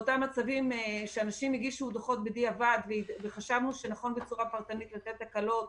באותם מצבים שאנשים הגישו דוחות בדיעבד וחשבנו שנכון לתת הקלות